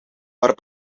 waren